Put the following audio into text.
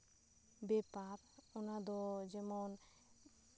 ᱵᱮᱯᱟᱨ ᱚᱱᱟ ᱫᱚ ᱡᱮᱢᱚᱱ